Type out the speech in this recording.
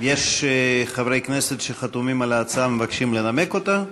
יש חברי כנסת שחתומים על ההצעה ומבקשים לנמק אותה?